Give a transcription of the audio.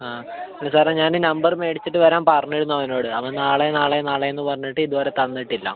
ആ എൻ്റെ സാറേ ഞാൻ നമ്പർ മേടിച്ചിട്ട് വരാൻ പറഞ്ഞിരുന്നു അവനോട് അവൻ നാളെ നാളെ നാളെ എന്ന് പറഞ്ഞിട്ട് ഇത് വരെ തന്നിട്ടില്ല